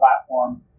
platform